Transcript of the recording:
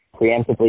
preemptively